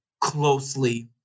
closely